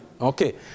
Okay